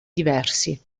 diversi